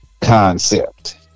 concept